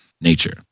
nature